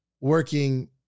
working